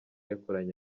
yakoranye